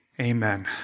Amen